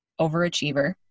overachiever